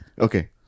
Okay